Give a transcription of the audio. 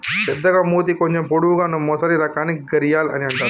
పెద్దగ మూతి కొంచెం పొడవు వున్నా మొసలి రకాన్ని గరియాల్ అని అంటారట